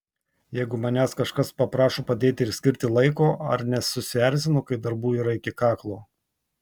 jeigu manęs kažkas paprašo padėti ir skirti laiko ar nesusierzinu kai darbų yra iki kaklo